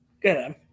Good